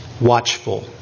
watchful